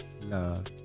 love